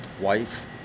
wife